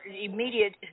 immediate